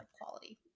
quality